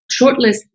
shortlist